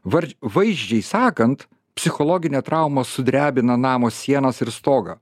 var vaizdžiai sakant psichologinė trauma sudrebina namo sienas ir stogą